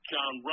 John